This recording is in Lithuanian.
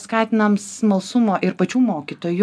skatinam smalsumo ir pačių mokytojų